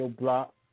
Block